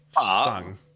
stung